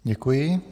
Děkuji.